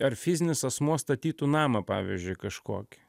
ar fizinis asmuo statytų namą pavyzdžiui kažkokį